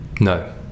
No